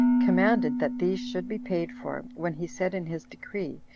commanded that these should be paid for, when he said in his decree,